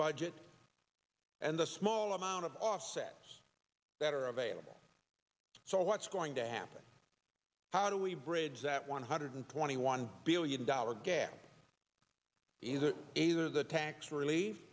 budget and the small amount of offsets that are available so what's going to happen how do we bridge that one hundred twenty one billion dollar gap these are either the tax relief